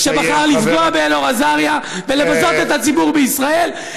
שבחר לפגוע באלאור אזריה ולבזות את הציבור בישראל,